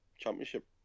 Championship